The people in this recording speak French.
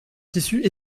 tissus